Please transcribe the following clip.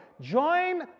Join